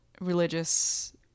religious